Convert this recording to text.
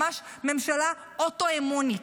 ממש ממשלה אוטואימונית.